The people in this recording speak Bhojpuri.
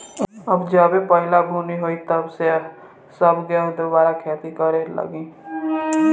अब जबे पहिला बुनी होई तब से सब केहू दुबारा खेती करे लागी